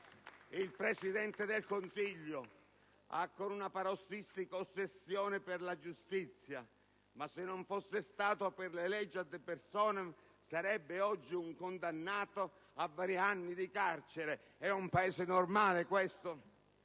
Il Presidente del Consiglio ha una parossistica ossessione per la giustizia, ma se non fosse stato per le leggi *ad personam* sarebbe oggi un condannato a vari anni di carcere. È un Paese normale questo?